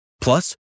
Plus